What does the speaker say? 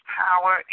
power